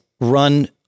run